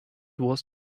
was